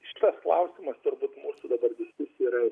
šitas klausimas turbūt mūsų dabar jis yra